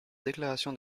déclaration